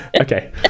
okay